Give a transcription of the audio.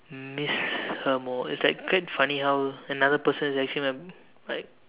miss her more it's like quite funny how another person is actually my like